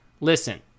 listen